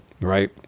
right